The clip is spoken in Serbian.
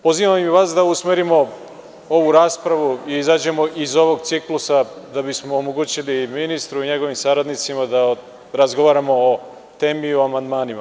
Pozivam i vas da usmerimo ovu raspravu i izađemo iz ovog ciklusa da bismo omogućili i ministru i njegovim saradnicima da razgovaramo o temi i o amandmanima.